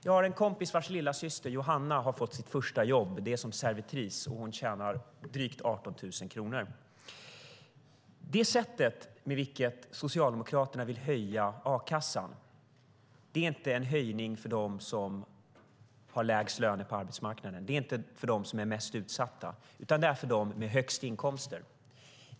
Jag har en kompis vars lillasyster, Johanna, har fått sitt första jobb. Det är som servitris. Hon tjänar drygt 18 000 kronor. Det sätt som Socialdemokraterna vill höja a-kassan på innebär inte en höjning för dem som har lägst löner på arbetsmarknaden. Det är inte en höjning för dem som är mest utsatta, utan det är en höjning för dem med högst inkomster.